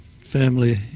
family